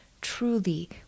Truly